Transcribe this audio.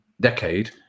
decade